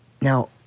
Now